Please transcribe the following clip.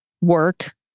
work